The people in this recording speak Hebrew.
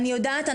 אני יודעת.